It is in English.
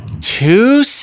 two